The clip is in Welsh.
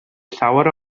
llawer